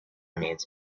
needs